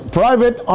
private